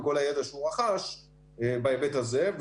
עם כל הידע שהוא רכש בהיבט הזה,